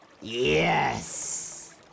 Yes